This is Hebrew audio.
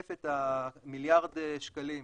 שמשקף את מיליארד השקלים.